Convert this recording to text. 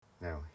Now